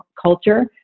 culture